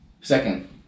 Second